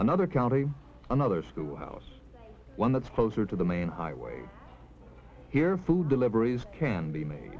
another county another school house one that's closer to the main highway here food deliveries can be made